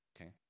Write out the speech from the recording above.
okay